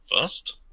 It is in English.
first